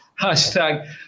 hashtag